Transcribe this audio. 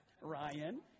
Ryan